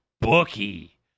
bookie